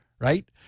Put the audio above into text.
right